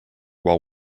while